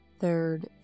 third